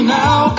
now